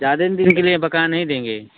ज्यादे दिन के लिये बकाया नहीं देंगे